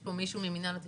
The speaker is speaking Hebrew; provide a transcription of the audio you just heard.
פה מישהו ממנהל ותכנון?